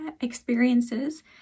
experiences